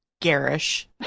Garish